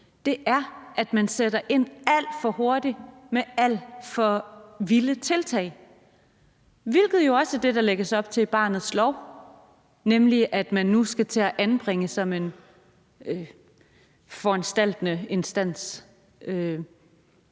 galt, er, at man sætter ind alt for hurtigt og med alt for vilde tiltag, hvilket jo også er det, der lægges op til i barnets lov, nemlig at man nu skal til at anbringe som en foranstaltende instans.